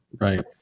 Right